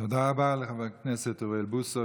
תודה רבה לחבר הכנסת אוריאל בוסו,